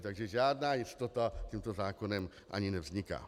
Takže žádná jistota tímto zákonem ani nevzniká.